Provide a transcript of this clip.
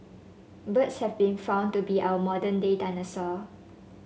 birds have been found to be our modern day dinosaur